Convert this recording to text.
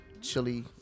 chili